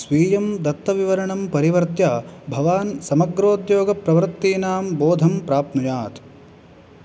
स्वीयं दत्तविवरणं परिवर्त्य भवान् समग्रोद्योगप्रवृत्तीनां बोधं प्राप्नुयात्